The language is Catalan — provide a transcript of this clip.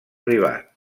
privat